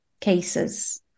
cases